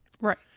Right